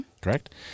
Correct